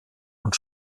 und